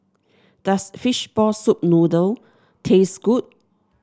does Fishball Noodle Soup taste good